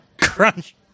Crunch